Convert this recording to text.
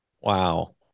Wow